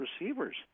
receivers